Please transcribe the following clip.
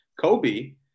Kobe